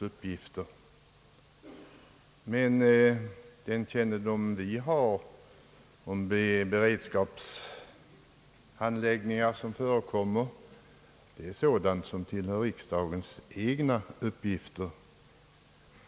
Men vad vi känner till om de beredskapsfrågor som förekommer är det sådant som tillhör krigsdelegationen eller riksdagen att handlägga.